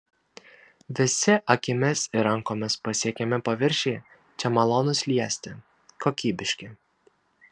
visi akimis ir rankomis pasiekiami paviršiai čia malonūs liesti kokybiški